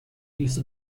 use